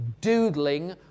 doodling